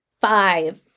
five